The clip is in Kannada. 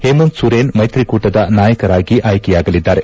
ಹೇಮಂತ್ ಸೊರೇನ್ ಮೈತ್ರಿಕೂಟದ ನಾಯಕರಾಗಿ ಆಯ್ಕೆಯಾಗಲಿದ್ದಾರೆ